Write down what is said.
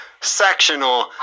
sectional